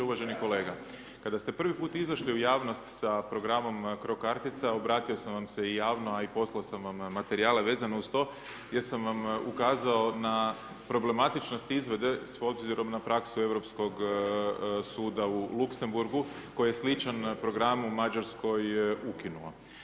Uvaženi kolega, kada ste prvi puta izašli u javnost sa programom cro kartica, obratio sam vam se i javno, a i poslao sam vam materijale vezano uz to jer sam vam ukazao na problematičnost izvedbe s obzirom na praksu Europskog suda u Luxemburgu koji je sličan programu u Mađarskoj, ukinuo.